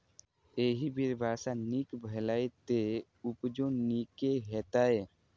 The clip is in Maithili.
एहि बेर वर्षा नीक भेलैए, तें उपजो नीके हेतै